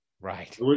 Right